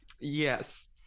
Yes